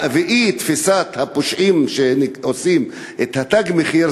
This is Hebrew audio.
ואי-תפיסת הפושעים שעושים את מעשי "תג מחיר"